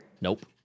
Nope